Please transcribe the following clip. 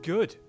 Good